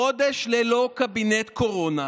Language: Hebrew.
חודש ללא קבינט קורונה.